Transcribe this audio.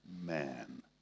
man